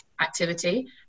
activity